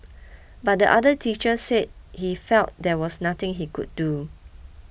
but the other teacher said he felt there was nothing he could do